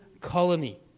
colony